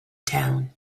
town